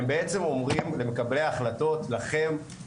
הם אומרים למקבלי ההחלטות לכם,